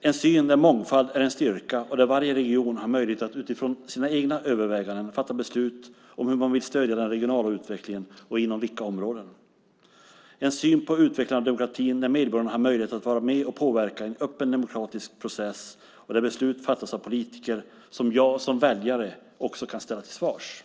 en syn där mångfald är en styrka och där varje region har möjlighet att utifrån sina egna överväganden fatta beslut om hur och inom vilka områden man vill stödja den regionala utvecklingen. Det är en syn på demokratin där medborgare har möjlighet att vara med och påverka i en öppen demokratisk process, och där beslut fattas av politiker som jag som väljare också kan ställa till svars.